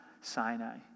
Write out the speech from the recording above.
Sinai